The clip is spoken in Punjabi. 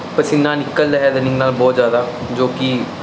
ਪਸੀਨਾ ਨਿਕਲਦਾ ਹੈ ਰੰਨਿੰਗ ਨਾਲ ਬਹੁਤ ਜਿਆਦਾ ਜੋ ਕੀ